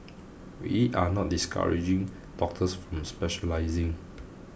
we are not discouraging doctors from specialising